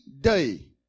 day